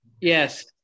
Yes